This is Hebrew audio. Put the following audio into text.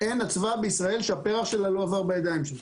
אין אצווה בישראל שהפרח שלה לא עבר בידיים שלך?